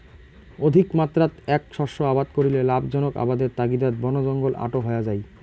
অধিকমাত্রাত এ্যাক শস্য আবাদ করিলে লাভজনক আবাদের তাগিদাত বনজঙ্গল আটো হয়া যাই